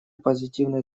позитивная